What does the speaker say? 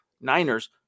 Niners